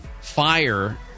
fire